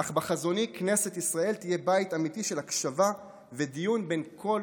אך בחזוני כנסת ישראל תהיה בית אמיתי של הקשבה ודיון בין כל